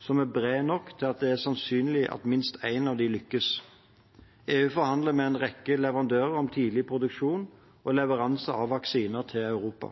som er bred nok til at det er sannsynlig at minst én av dem lykkes. EU forhandler med en rekke leverandører om tidlig produksjon og leveranse av vaksiner til Europa.